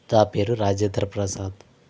నా పేరు రాజేంద్రప్రసాద్